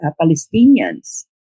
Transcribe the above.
Palestinians